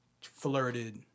flirted